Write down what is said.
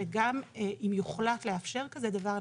שגם אם יוחלט לאשר כזה דבר,